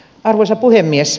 arvoisa puhemies